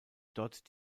dort